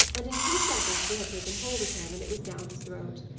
and in two seconds she had taken hold of him, and it was down his throat.